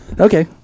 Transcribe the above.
Okay